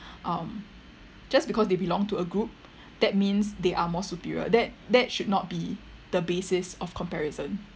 um just because they belong to a group that means they are more superior that that should not be the basis of comparison